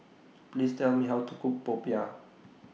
Please Tell Me How to Cook Popiah